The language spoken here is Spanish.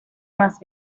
más